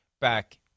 back